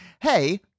hey